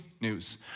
news